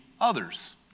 others